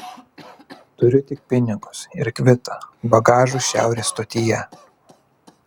turiu tik pinigus ir kvitą bagažui šiaurės stotyje